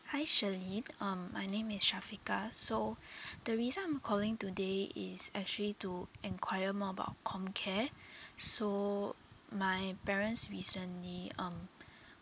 hi shirlyn um my name is shafiqah so the reason I'm calling today is actually to enquire more about comcare so my parents recently um